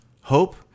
hope